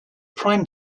prime